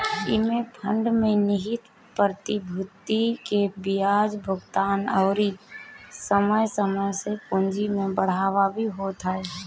एमे फंड में निहित प्रतिभूति पे बियाज भुगतान अउरी समय समय से पूंजी में बढ़ावा भी होत ह